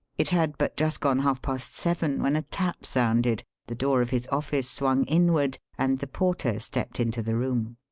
it had but just gone half-past seven when a tap sounded, the door of his office swung inward, and the porter stepped into the room.